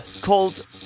called